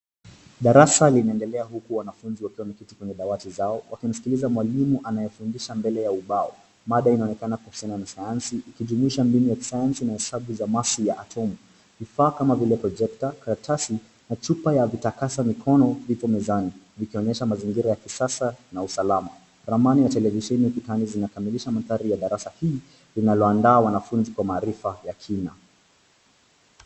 Darasa linaendelea huku wanafunzi wakiwa wameketi kwenye dawati zao wakimsikiliza mwalimu anayefundisha mbele ya ubao. Mada inaonekana kuhusiana na sayansi ikijumuisha mbinu ya kisayansi na hesabu za mass ya atom . Vifaa kama vile projekta, karatasi na chupa ya vitakasa mikono vipo mezani vikionyesha mazingira ya kisasa na usalama. Ramani na televisheni ukutani zinakamilisha mandhari ya darasa hii linalowaanda wanafunzi kwa maarifa ya kina.